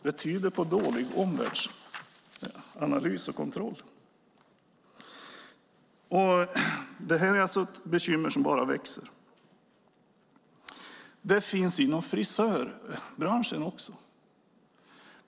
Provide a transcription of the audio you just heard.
Det tyder på dålig omvärldsanalys och kontroll. Bekymret bara växer. Det finns inom frisörbranschen också.